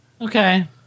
Okay